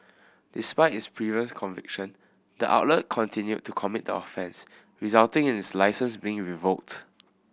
despite its previous conviction the outlet continued to commit the offence resulting in its licence being revoked